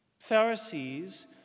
Pharisees